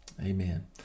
Amen